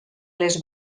les